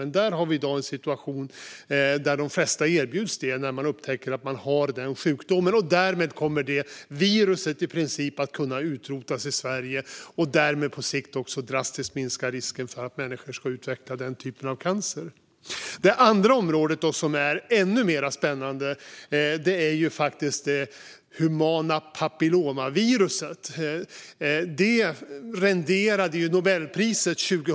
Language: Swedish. I dag har vi dock en situation där de flesta erbjuds läkemedlet när det upptäcks att man har sjukdomen, och därmed kommer viruset att kunna i princip utrotas i Sverige. På sikt minskar därmed risken för att människor ska utveckla den typen av cancer drastiskt. Det andra området, som är ännu mer spännande, är humant papillomvirus.